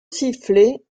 sifflait